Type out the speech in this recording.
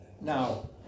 now